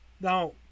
Now